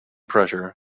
pressure